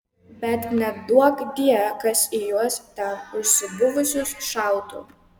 bet neduokdie kas į juos ten užsibuvusius šautų